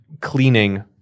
cleaning